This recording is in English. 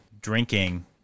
drinking